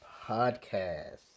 Podcast